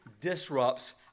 disrupts